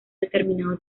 determinado